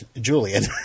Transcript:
Julian